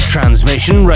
Transmission